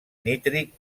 nítric